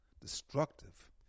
destructive